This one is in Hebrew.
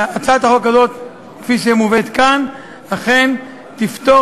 הצעת החוק הזאת כפי שהיא מובאת כאן אכן תפתור,